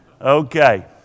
Okay